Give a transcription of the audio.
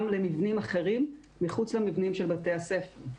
למבנים אחרים מחוץ למבנים של בתי הספר.